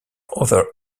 other